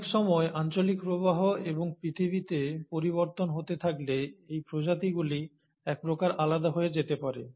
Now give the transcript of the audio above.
অনেক সময় আঞ্চলিক প্রবাহ এবং পৃথিবীতে পরিবর্তন হতে থাকলে এই প্রজাতিগুলি এক প্রকার আলাদা হয়ে যেতে পারে